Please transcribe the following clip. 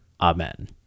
Amen